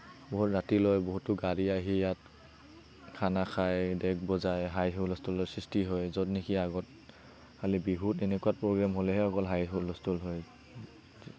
বহুত ৰাতিলৈ বহুতো গাড়ী আহি ইয়াত খানা খায় ডেক বজায় হাই হুলস্থুলৰ সৃষ্টি হয় য'ত নেকি আগত খালী বিহু তেনেকুৱা প্ৰগ্ৰেম হ'লেহে তেনেকুৱা হাই হুলস্থুল হয়